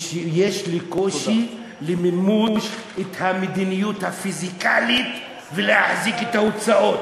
ויש לי קושי למימוש המדיניות הפיסקלית ולהחזיק את ההוצאות.